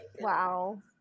Wow